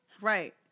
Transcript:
right